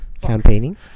campaigning